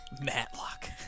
Matlock